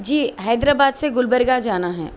جی حیدرآباد سے گلبرگہ جانا ہے